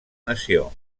nació